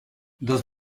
does